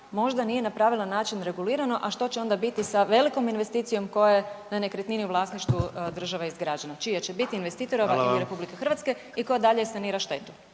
možda nije napravila način regulirano, a što će onda biti sa velikom investicijom koja je na nekretnini u vlasništvu države izgrađena, čija će biti investitorova ili RH i koja dalje sanira štetu.